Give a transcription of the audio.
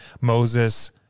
Moses